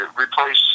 replace